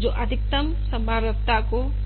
जो अधिकतम संभाव्यता को प्रदर्शित करती है